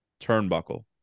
turnbuckle